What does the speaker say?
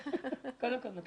כמשרד ראש הממשלה,